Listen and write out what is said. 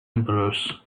emperors